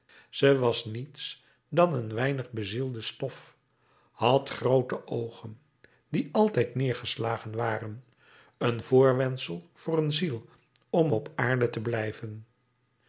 ze was niets dan een weinig bezielde stof had groote oogen die altijd neergeslagen waren een voorwendsel voor een ziel om op aarde te blijven